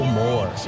more